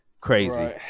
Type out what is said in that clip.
crazy